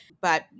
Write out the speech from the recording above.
but-